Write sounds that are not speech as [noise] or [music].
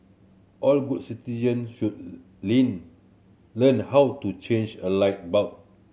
all good citizens should [unintelligible] learn how to change a light bulb